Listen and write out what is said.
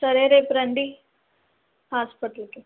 సరే రేపు రండి హాస్పిటల్కి